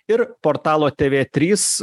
ir portalo tv trys